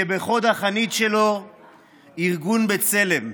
שבחוד החנית שלו ארגון בצלם.